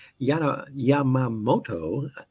Yamamoto